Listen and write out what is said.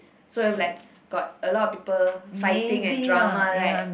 so if like got a lot of people fighting and drama like